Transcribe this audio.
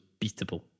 beatable